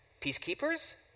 peacekeepers